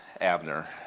Abner